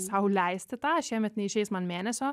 sau leisti tą šiemet neišeis man mėnesio